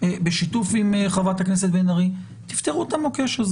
בשיתוף עם חברת הכנסת בן ארי, תפתרו את המוקש הזה.